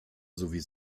sowie